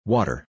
Water